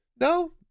no